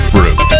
Fruit